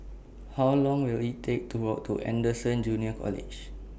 How Long Will IT Take to Walk to Anderson Junior College